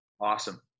awesome